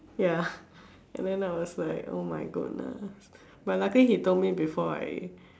ya and then I was like oh my goodness but luckily he told me before I